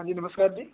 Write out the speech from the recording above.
ਹਾਂਜੀ ਨਮਸਕਾਰ ਜੀ